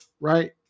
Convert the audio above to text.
right